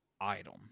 item